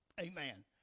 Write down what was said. Amen